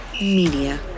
Media